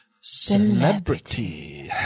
celebrity